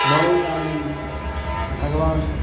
बहुत आदमी भगबान